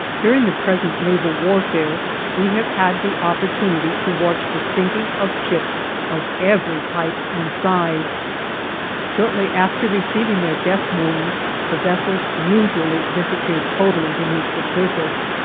during the present naval warfare we have had the opportunity to watch the sinking of ships of every type and size shortly after receiving their death wound the vessels usually disappear totally beneath the surface.